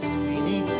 Sweeney